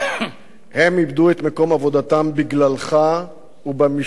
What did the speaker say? הם איבדו את מקום עבודתם בגללך ובמשמרת שלך.